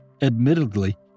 admittedly